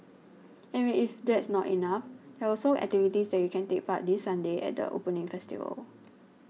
and if that's not enough there are also activities that you can take part this Sunday at their opening festival